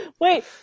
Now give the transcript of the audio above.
Wait